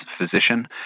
physician